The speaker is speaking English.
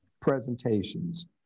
presentations